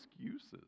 excuses